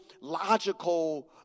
logical